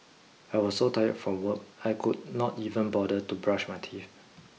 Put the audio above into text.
I was so tired from work I could not even bother to brush my teeth